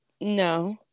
No